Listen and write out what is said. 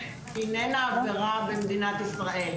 הנפת דגל פלסטיני כשלעצמה אינה עבירה במדינת ישראל.